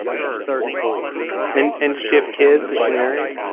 she's thirty four and and shift kids. is she married.